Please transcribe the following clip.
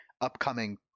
upcoming